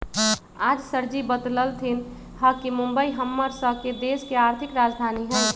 आज सरजी बतलथिन ह कि मुंबई हम्मर स के देश के आर्थिक राजधानी हई